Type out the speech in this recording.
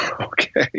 okay